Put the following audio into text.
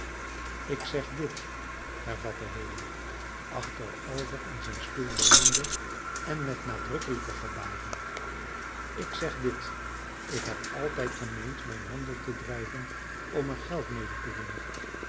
ik zeg dit hervatte haley achterover in zijn stoel leunende en met nadrukkelijke gebaren ik zeg dit ik heb altijd gemeend mijn handel te drijven om er geld mede te winnen